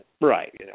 Right